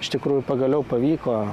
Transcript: iš tikrųjų pagaliau pavyko